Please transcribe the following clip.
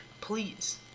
Please